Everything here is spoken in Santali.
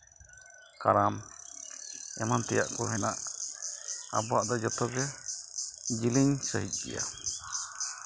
ᱠᱟᱨᱟᱢ ᱮᱢᱟᱱ ᱛᱮᱭᱟᱜ ᱠᱚ ᱦᱮᱱᱟᱜ ᱟᱵᱚᱣᱟᱜ ᱫᱚ ᱡᱚᱛᱚᱜᱮ ᱡᱤᱞᱤᱧ ᱥᱟᱺᱦᱤᱡ ᱜᱮᱭᱟ